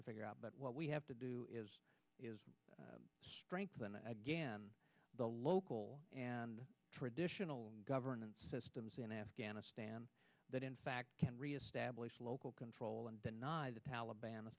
to figure out but what we have to do is strengthen again the local and traditional governance systems in afghanistan that in fact can reestablish local control and deny the taliban